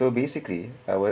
so basically I was